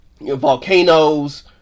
volcanoes